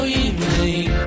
evening